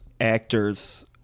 actors